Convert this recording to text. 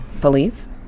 police